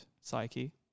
psyche